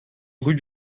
rue